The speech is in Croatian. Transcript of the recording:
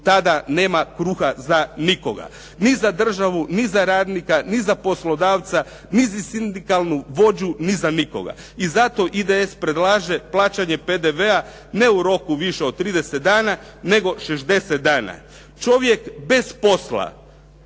tada nema kruha za nikoga. Ni za državu, ni za radnika, ni za poslodavca, ni za sindikalnog vođu, ni za nikoga. I zato IDS predlaže plaćanje PDV-a ne u roku više od 30 dana, nego 60 dana. Čovjek bez posla,